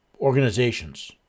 organizations